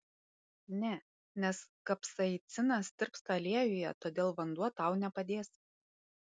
ne nes kapsaicinas tirpsta aliejuje todėl vanduo tau nepadės